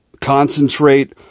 concentrate